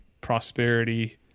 prosperity